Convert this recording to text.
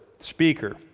Speaker